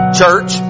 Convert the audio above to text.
church